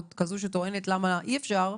או כזאת שטוענת למה אי-אפשר,